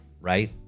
Right